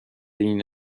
این